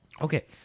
Okay